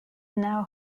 now